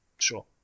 sure